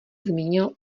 zmínil